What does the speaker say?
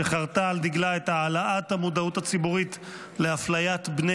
שחרתה על דגלה את העלאת המודעות הציבורית לאפליית בני